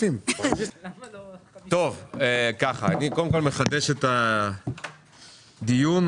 טוב, אני רוצה לחדש את הישיבה.